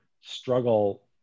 struggle